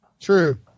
True